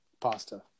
Pasta